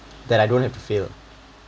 that I don't have to fail